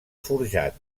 forjat